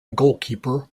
goalkeeper